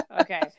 Okay